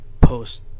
post